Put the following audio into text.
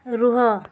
ରୁହ